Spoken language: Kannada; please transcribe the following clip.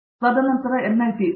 ಮೂರ್ತಿ ತದನಂತರ ಎನ್ಐಟಿ